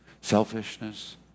selfishness